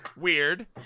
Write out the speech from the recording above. Weird